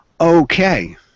Okay